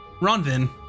Ronvin